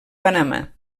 panamà